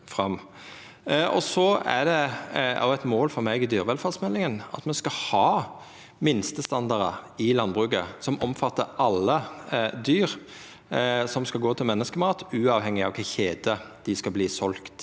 Det er eit mål for meg med dyrevelferdsmeldinga at me skal ha minstestandardar i landbruket som omfattar alle dyr som skal gå til menneskemat, uavhengig av kva kjede dei skal verta